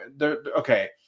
Okay